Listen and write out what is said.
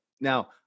Now